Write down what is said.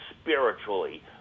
spiritually